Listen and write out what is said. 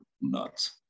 nuts